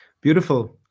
Beautiful